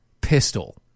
pistol